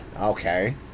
Okay